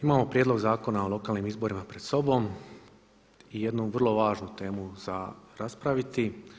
Imamo Prijedlog zakona o lokalnim izborima pred sobom i jednu vrlo važnu temu za raspraviti.